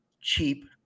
cheap